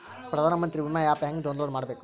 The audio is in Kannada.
ಪ್ರಧಾನಮಂತ್ರಿ ವಿಮಾ ಆ್ಯಪ್ ಹೆಂಗ ಡೌನ್ಲೋಡ್ ಮಾಡಬೇಕು?